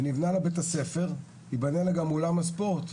ונבנה לה בית ספר, ייבנה לה גם אולם ספורט.